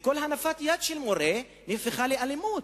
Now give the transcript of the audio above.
וכל הנפת יד של מורה נהפכה לאלימות.